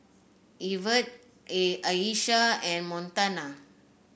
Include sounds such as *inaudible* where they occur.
Evertt *hesitation* Ayesha and Montana